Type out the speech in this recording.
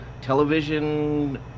television